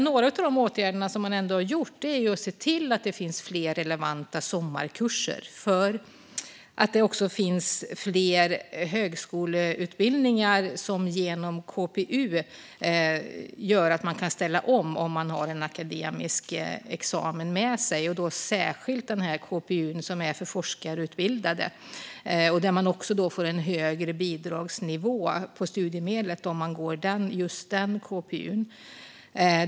Några av de åtgärder man har vidtagit är att se till att det finns fler relevanta sommarkurser. Det finns ju fler högskoleutbildningar som genom KPU gör att man kan ställa om ifall man har en akademisk examen med sig. Det gäller särskilt KPU:n för forskarutbildade, där man också får en högre bidragsnivå på studiemedlet om man går just den.